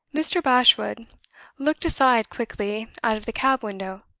mr. bashwood looked aside quickly out of the cab window.